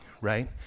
right